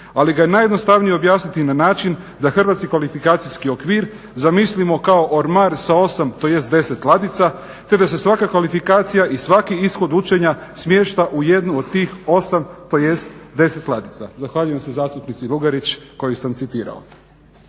ali ga je najjednostavnije objasniti na način da hrvatski kvalifikacijski okvir zamislimo kao ormar sa 8 tj. 10 ladica te da se svaka kvalifikacija i svaki ishod učenja smješta u jednu od tih 8 tj. 10 ladica". Zahvaljujem se zastupnici Lugarić koju sam citirao.